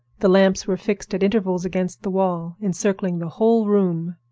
the lamps were fixed at intervals against the wall, encircling the whole room.